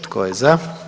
Tko je za?